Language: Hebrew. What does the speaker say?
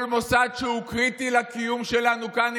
כל מוסד שהוא קריטי לקיום שלנו כאן,